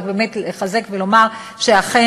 רק באמת לחזק ולומר שאכן,